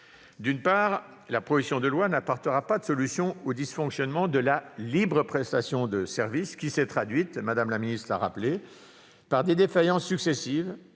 D'une part, la proposition de loi n'apportera pas de solution aux dysfonctionnements de la libre prestation de services, qui s'est traduite- Mme la secrétaire d'État l'a rappelé -par des défaillances successives